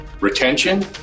retention